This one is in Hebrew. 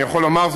אני יכול לומר,